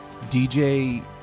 dj